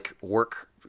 work